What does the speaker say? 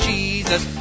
Jesus